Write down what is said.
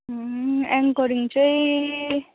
anchoring चाहिँ